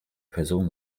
person